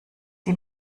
die